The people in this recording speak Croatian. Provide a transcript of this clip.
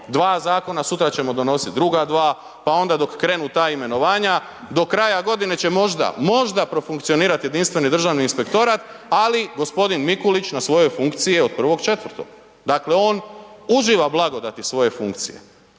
dva zakona, sutra ćemo donositi druga dva pa onda dok krenu ta imenovanja. Do kraja godine će možda, možda profunkcionirati jedinstveni državni inspektorat ali gospodin Mikulić na svojoj funkciji je od 1.4. dakle on uživa blagodati svoje funkcije.